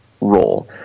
role